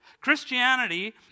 Christianity